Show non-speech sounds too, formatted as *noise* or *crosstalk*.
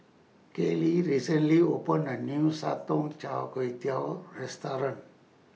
Kayley recently opened A New Sotong Char Kway *unintelligible* Restaurant